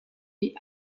die